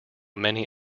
many